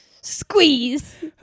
Squeeze